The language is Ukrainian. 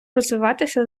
розвиватися